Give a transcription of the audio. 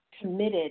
committed